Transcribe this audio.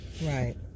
Right